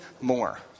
more